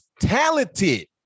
talented